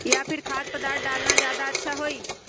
या फिर खाद्य पदार्थ डालना ज्यादा अच्छा होई?